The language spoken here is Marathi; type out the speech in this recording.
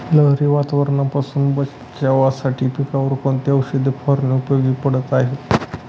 लहरी वातावरणापासून बचावासाठी पिकांवर कोणती औषध फवारणी उपयोगी पडत आहे?